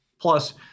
Plus